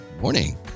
morning